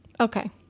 okay